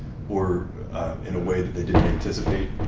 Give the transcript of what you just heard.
or in a way that they didn't anticipate?